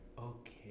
okay